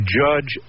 judge